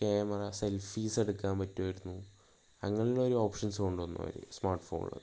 camera selfies എടുക്കാൻ പറ്റുമായിരുന്നു അങ്ങനെയുള്ളൊരു ഓപ്ഷൻസ് കൊണ്ടു വന്നു അവർ സ്മാർട്ട് ഫോണിൽ